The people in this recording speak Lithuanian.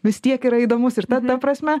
vis tiek yra įdomus ir ta ta prasme